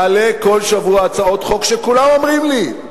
אני מעלה כל שבוע הצעות חוק שכולם אומרים לי: